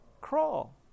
crawl